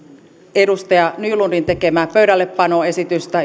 edustaja nylundin tekemää pöydällepanoesitystä